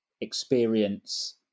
experience